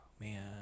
man